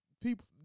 people